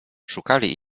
szukali